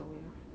so